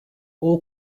all